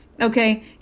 Okay